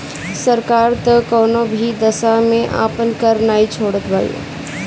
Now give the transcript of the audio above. सरकार तअ कवनो भी दशा में आपन कर नाइ छोड़त बिया